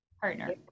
partner